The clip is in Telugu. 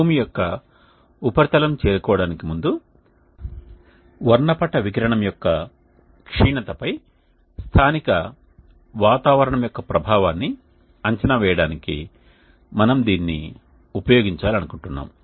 భూమి యొక్క ఉపరితలం చేరుకోవడానికి ముందు వర్ణపట వికిరణం యొక్క క్షీణతపై స్థానిక వాతావరణం యొక్క ప్రభావాన్ని అంచనా వేయడానికి మనము దీనిని ఉపయోగించాలనుకుంటున్నాము